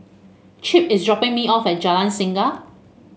Chip is dropping me off at Jalan Singa